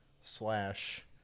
slash